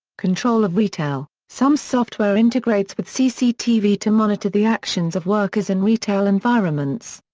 control of retail some software integrates with cctv to monitor the actions of workers in retail environments.